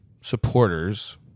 supporters